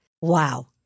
Wow